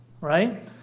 right